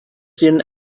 seen